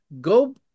Go